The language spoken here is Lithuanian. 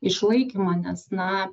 išlaikymą nes na